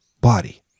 body